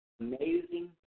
amazing